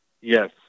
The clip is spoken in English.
Yes